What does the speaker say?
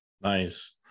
Nice